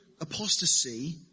apostasy